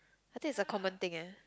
I think is a common thing eh